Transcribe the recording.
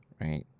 right